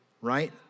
right